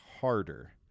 harder